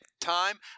time